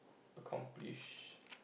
accomplish